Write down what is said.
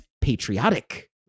patriotic